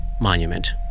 monument